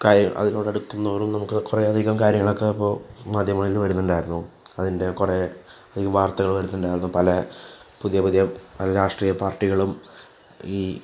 അതിനോടടുക്കും തോറും നമുക്ക് അധികം കാര്യങ്ങളൊക്കെ അപ്പോള് മാധ്യമങ്ങളിൽ വരുന്നുണ്ടായിരുന്നു അതിൻ്റെ കുറേ വാർത്തകൾ വരുന്നുണ്ടായിരുന്നു പല പുതിയ പുതിയ രാഷ്ട്രീയ പാർട്ടികളും ഈ